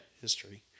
History